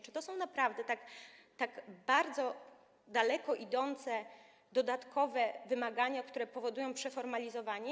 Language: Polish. Czy to są naprawdę tak bardzo daleko idące, dodatkowe wymagania, które powodują przeformalizowanie?